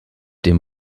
dem